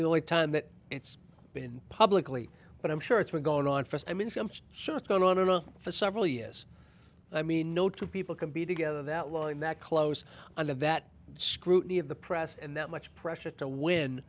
the only time that it's been publicly but i'm sure it's been going on for us i mean sure it's going on and on for several years i mean no two people can be together that long that close and that scrutiny of the press and that much pressure to win